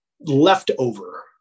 leftover